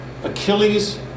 Achilles